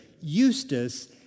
Eustace